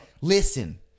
Listen